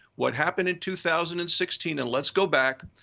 what happened in two thousand and sixteen and lets go back,